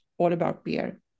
allaboutbeer